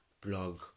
blog